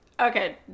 Okay